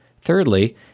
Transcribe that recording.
Thirdly